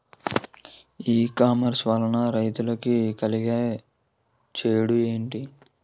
E commerce వలన రైతులకి కలిగే చెడు ఎంటి?